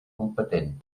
competent